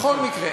בכל מקרה,